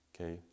okay